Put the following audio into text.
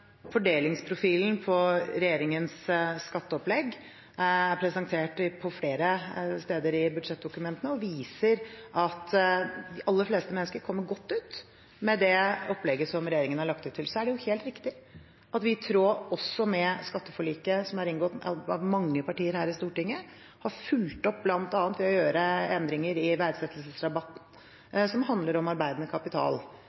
Fordelingsprofilen på regjeringens skatteopplegg er presentert på flere steder i budsjettdokumentene, og viser at de aller fleste mennesker kommer godt ut med det opplegget som regjeringen har lagt opp til. Det er helt riktig at vi i tråd med skatteforliket som er inngått av mange partier her i Stortinget, har fulgt opp bl.a. ved å gjøre endringer i verdsettelsesrabatten,